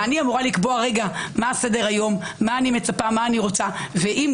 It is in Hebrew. אני אמורה לקבוע מה סדר-היום, מה אני רוצה ומצפה.